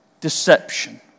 deception